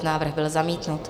Návrh byl zamítnut.